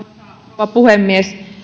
rouva puhemies